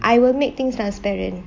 I will make things transparent